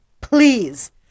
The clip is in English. please